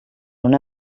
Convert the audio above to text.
una